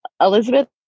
Elizabeth